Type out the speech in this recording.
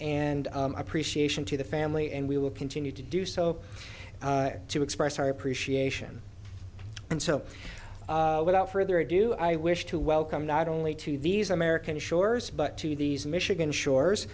and appreciation to the family and we will continue to do so to express our appreciation and so without further ado i wish to welcome not only to these american shores but to these michigan shores